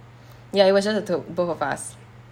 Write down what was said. ya it was just the two both of us